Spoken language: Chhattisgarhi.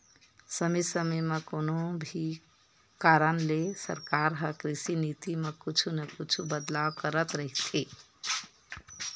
समे समे म कोनो भी कारन ले सरकार ह कृषि नीति म कुछु न कुछु बदलाव करत रहिथे